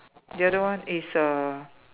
the other one is err